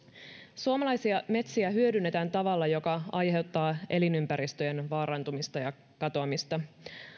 suomalaisia metsiä hyödynnetään tavalla joka aiheuttaa elinympäristöjen vaarantumista ja katoamista